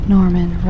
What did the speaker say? Norman